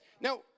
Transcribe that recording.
Now